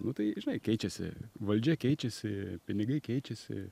nu tai žinai keičiasi valdžia keičiasi pinigai keičiasi